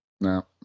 No